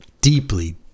deeply